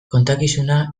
kontakizuna